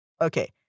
Okay